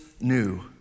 new